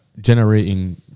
generating